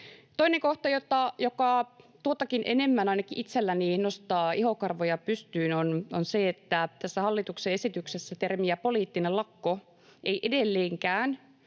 Toinen kohta, joka tuotakin enemmän ainakin itselläni nostaa ihokarvoja pystyyn, on se, että tässä hallituksen esityksessä termiä ”poliittinen lakko” ei edelleenkään